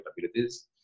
capabilities